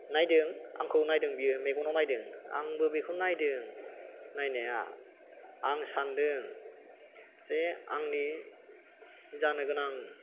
नायदों आंखौ नायदों बियो मेगनाव नायदों आंबो बेखौ नायदों नायनाया आं सान्दों जे आंनि जानोगोनां